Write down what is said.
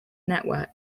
network